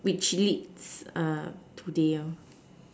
which leads today lor